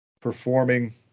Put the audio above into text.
performing